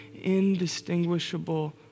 indistinguishable